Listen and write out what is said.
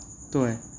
तो आहे